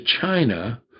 China